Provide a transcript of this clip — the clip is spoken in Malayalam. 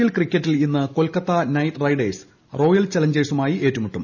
എൽ ക്രിക്കറ്റിൽ ഇന്ന് Kolkata Knight Riders Royal Challengers ബംഗ്ളൂരുമായി ഏറ്റുമുട്ടും